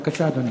בבקשה, אדוני.